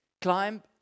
climb